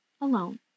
alone